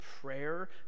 prayer